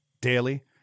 daily